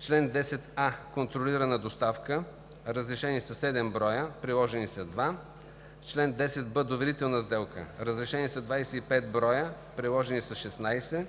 чл. 10а – контролирана доставка: разрешени са 7 броя, приложени са 2; - чл. 10б – доверителна сделка: разрешени са 25 броя, приложени са 16;